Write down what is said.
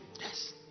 yes